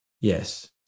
Yes